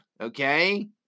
okay